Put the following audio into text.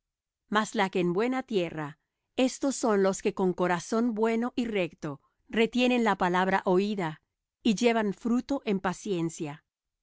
mas la que en buena tierra éstos son los que con corazón bueno y recto retienen la palabra oída y llevan fruto en paciencia